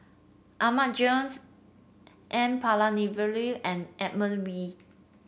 Ahmad Jais N Palanivelu and Edmund Wee